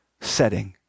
setting